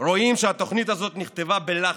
רואים שהתוכנית הזאת נכתבה בלחץ,